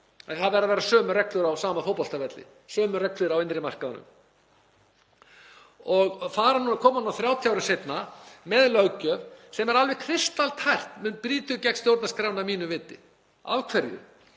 Það verða að vera sömu reglur á sama fótboltavelli, sömu reglur á innri markaðnum. Og að koma núna 30 árum seinna með löggjöf sem er alveg kristaltært að brýtur gegn stjórnarskránni að mínu viti. Af hverju